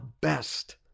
best